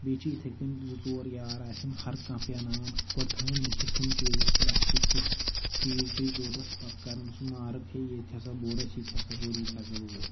بیٚیہِ چھِ یِتھٕے کٔنۍ زٕ ژور یار آسن ہَر کانہہ پیٛاناوان گۄڈٕ تھاوان لٮ۪کھِتھ کُنہِ چیٖزَس پٮ۪ٹھ اَسہِ کُس کُس چیٖز پیٚیہِ ضوٚرتھ پَتہٕ کَرن سُہ مارٕک ہے یہِ تہِ ہسا بوٚر اَسہِ یہِ تہِ ہسا بوٚر یہِ تہِ ہسا بوٚر